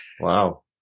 Wow